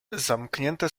zamknięte